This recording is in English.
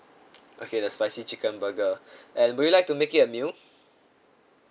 okay the spicy chicken burger and would you like to make it a meal